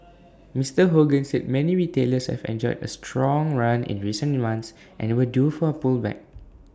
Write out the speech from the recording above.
Mister Hogan said many retailers have enjoyed A strong run in recent months and were due for A pullback